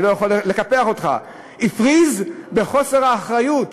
אני לא יכול לקפח אותך: הפריז בחוסר האחריות